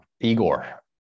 igor